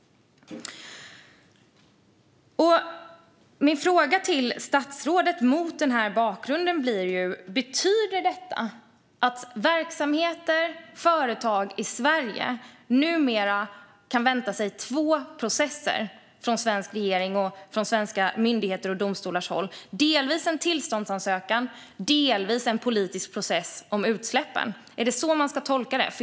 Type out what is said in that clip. Mot denna bakgrund blir min fråga till statsrådet: Betyder detta att verksamheter och företag i Sverige numera kan vänta sig två processer från den svenska regeringen och från svenska myndigheter och domstolar? Kan de vänta sig delvis en tillståndsansökan, delvis en politisk process om utsläppen? Är det så man ska tolka det?